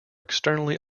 externally